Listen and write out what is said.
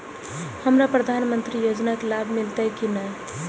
हमरा प्रधानमंत्री योजना के लाभ मिलते की ने?